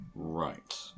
Right